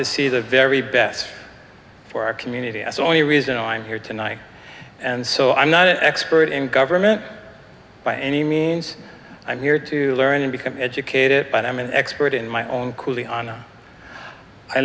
to see the very best for our community as the only reason i'm here tonight and so i'm not an expert in government by any means i'm here to learn and become educated but i'm an expert in my own